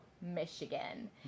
Michigan